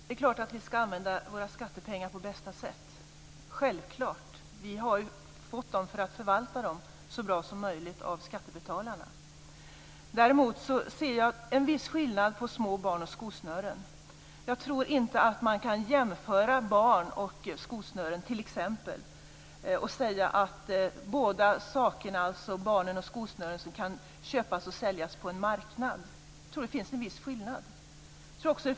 Herr talman! Det är klart att vi ska använda våra skattepengar på bästa sätt, självklart. Vi har ju fått dem av skattebetalarna för att förvalta dem så bra som möjligt. Däremot ser jag en viss skillnad mellan små barn och skosnören. Man kan inte jämföra barn och skosnören och säga att båda sakerna kan köpas och säljas på en marknad. Det finns en viss skillnad.